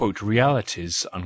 realities